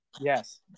Yes